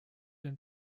den